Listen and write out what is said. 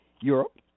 Europe